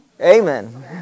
Amen